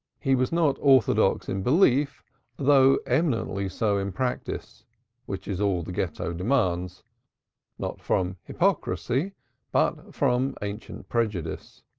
he was not orthodox in belief though eminently so in practice which is all the ghetto demands not from hypocrisy but from ancient prejudice.